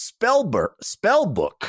Spellbook